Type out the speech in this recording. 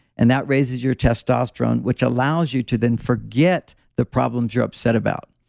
and that raises your testosterone, which allows you to then forget the problems you're upset about.